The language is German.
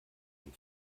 bin